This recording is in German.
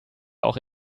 auch